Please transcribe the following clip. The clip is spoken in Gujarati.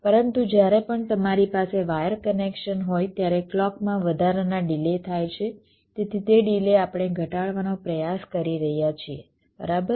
પરંતુ જ્યારે પણ તમારી પાસે વાયર કનેક્શન હોય ત્યારે ક્લૉકમાં વધારાના ડિલે થાય છે તેથી તે ડિલે આપણે ઘટાડવાનો પ્રયાસ કરી રહ્યા છીએ બરાબર